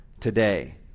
today